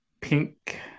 pink